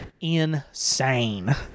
insane